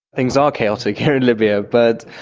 things are chaotic here in libya, but